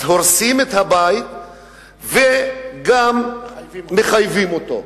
אז הורסים את הבית וגם מחייבים אותו.